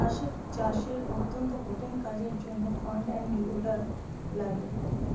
চাষের অত্যন্ত কঠিন কাজের জন্যে ফ্রন্ট এন্ড লোডার লাগে